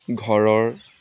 ঘৰৰ